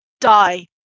die